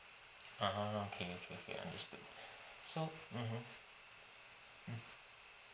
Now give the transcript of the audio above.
ah okay okay okay understood so mmhmm mm